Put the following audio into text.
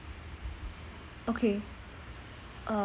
okay uh